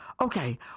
Okay